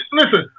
listen